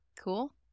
Cool